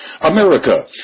America